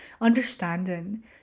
understanding